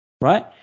Right